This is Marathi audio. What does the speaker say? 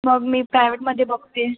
मग मी प्रायवेटमध्ये बघते